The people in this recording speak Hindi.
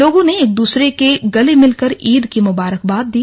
लोगों ने एक दूसरे के गले मिलकर ईद की मुबारखबाद दी